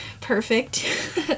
Perfect